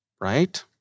Right